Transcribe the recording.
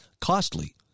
costly